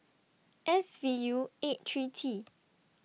S V U eight three T